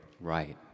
right